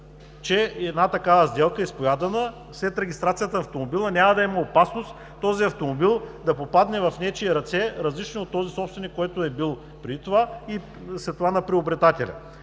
че една такава изповядана сделка, след регистрация на автомобила, няма да има опасност този автомобил да попадне в нечии ръце, различни от собственика, който е бил преди това, и след това на приобретателя.